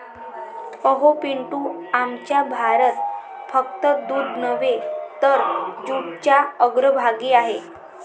अहो पिंटू, आमचा भारत फक्त दूध नव्हे तर जूटच्या अग्रभागी आहे